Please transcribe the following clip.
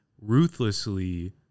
ruthlessly